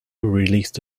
released